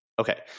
Okay